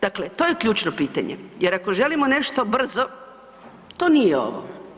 Dakle, to je ključno pitanje jer ako želimo nešto brzo, to nije ovo.